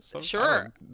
sure